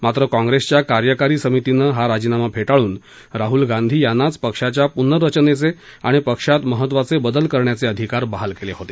मात्र काँप्रेसच्या कार्यकारी समितीनं राजीनामा फेटाळून राहूल गांधी यांनाच पक्षाच्या पूनर्रचनेचे आणि पक्षात महत्त्वाचे बदल करण्याचे अधिकार बहाल केले होते